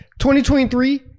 2023